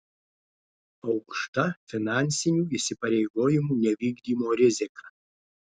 aukšta finansinių įsipareigojimų nevykdymo rizika